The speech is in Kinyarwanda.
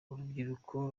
urubyiruko